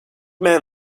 man